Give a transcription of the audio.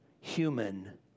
human